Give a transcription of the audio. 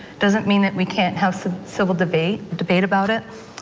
doesn't mean that we can't have civil debate debate about it.